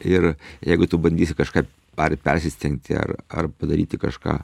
ir jeigu tu bandysi kažką ar persistengti ar ar padaryti kažką